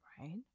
right